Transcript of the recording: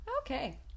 Okay